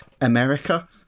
America